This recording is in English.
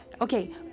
okay